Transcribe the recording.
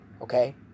Okay